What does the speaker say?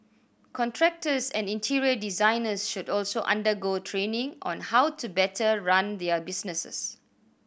contractors and interior designers should also undergo training on how to better run their businesses